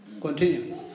Continue